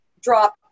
drop